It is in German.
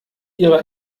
ihrer